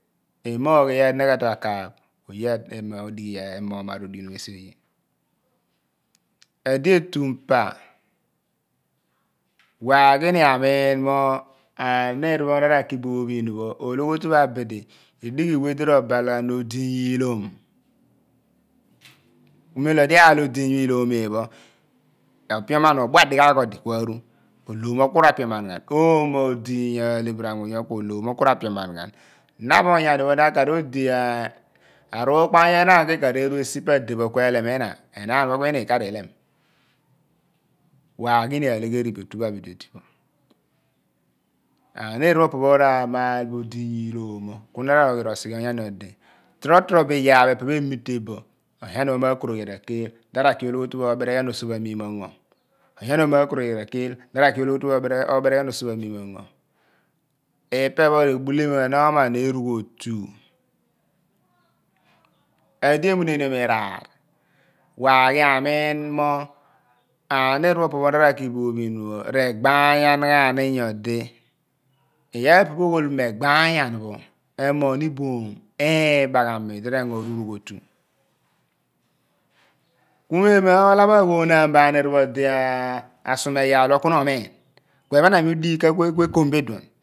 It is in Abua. Imogh iyaar di na ke tue akaaph hu oye aim odighi iyaar ku emogh maar odighi num esi oye edi etum pa waghi ni amiin mo aniir pho na raki bo ophiin pho ologhiotu pho abidi udighi wedi ro bal ghan odiiny iilom ku mem lo odi aal odiiny pho iilom mo iphen pho opioman pho obhua dighaagh odi ku aru olomo ku ra pioman ghan oomo odiiny ilephiri anmuny pho ku olomo ku ra pioman ghan na pho onyani pho na akaar odiia arukpaany enaan ku ikaar eru esi pa depho ku elem ina ku enaan pho ku ina ikaar ilem waghi ni alegheri ipe otu pho abidi odi pho aniir pho opo pho maal pho odiiny iilomo ku na ro ghi ro sighe onyani odi toro toro bo iyaar phe epe pho wa ka bo po onyani pho ma kereglian ra keel na ra ki ologiote pho obere ghian osoph amiim ongho ipe pho re bule wi ghan oman ghan emgle ote edi emuneniom iraar waghi amiin mo aniir pho opo pho na ra ki bo ophiin pho regbaayan ghaani nyodi iyaar phe epe pho oghol mo egbaanyan pho amoghni iboom iibaghami di re gno mghiun otu ku mem mi oolorpho aghonaan bo aniir pho bu asuma eyaal pho ku na omiin ku ephen ami udika ku ekom bo iduon